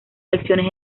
lecciones